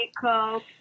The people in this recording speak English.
Coke